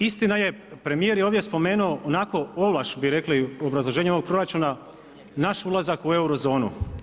Istina je, premjer je ovdje spomenuo, onako ovlaš, bi rekli u obrazloženju ovog proračuna, naš ulazak u euro zonu.